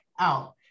out